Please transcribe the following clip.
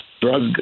Drug